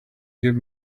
give